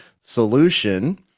solution